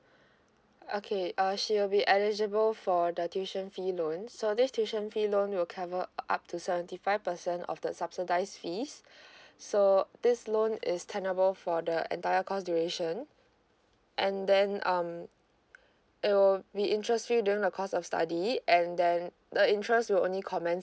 okay uh she'll be eligible for the tuition fee loan so this tuition fee loan will cover or up to seventy five percent of the subsidize fees so this loan is tenable for the entire course duration and then um it will be interest fee during the course of study and then the interest will only commence